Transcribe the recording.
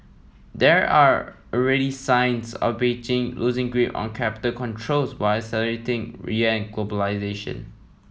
there are already signs of Beijing loosing grip on capital controls while accelerating yuan globalisation